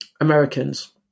Americans